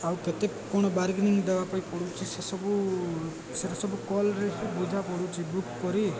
ଆଉ କେତେ କ'ଣ ବାର୍ଗେନିଂ ଦେବା ପାଇଁ ପଡ଼ୁଛି ସେସବୁ ସେଟା ସବୁ କଲରେ ହିଁ ବୁଝା ପଡ଼ୁଚି ବୁକ୍ କରି